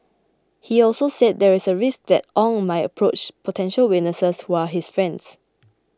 he also said there is a risk that Ong might approach potential witnesses who are his friends